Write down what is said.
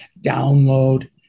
download